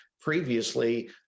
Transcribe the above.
previously